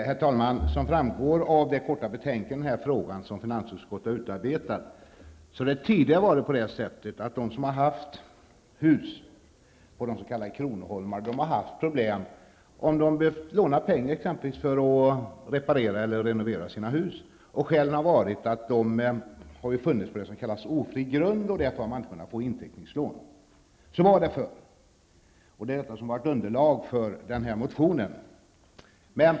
Herr talman! Som framgår av finansutskottets korta betänkande i denna fråga har de som tidigare haft hus på de s.k. kronoholmarna haft problem, om de behövt låna pengar t.ex. för att reparera eller renovera sina hus. Skälet härtill är att husen har stått på ofri grund, varför man inte kunnat få inteckningslån. Så var det tidigare, och det är detta som är anledning till den motion som väckts i ärendet.